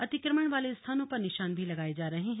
अतिक्रमण वाले स्थानों पर निशान भी लगाए जा रहे हैं